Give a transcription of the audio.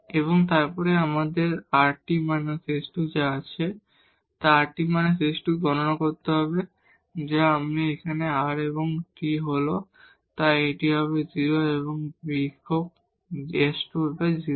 এবং তারপরে আমাদের rt − s2 যা আছে তা rt − s2 গণনা করতে হবে তাই এখানে r এবং t হল তাই এটি হবে 0 এবং বিয়োগ s2 0